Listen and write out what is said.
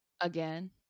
Again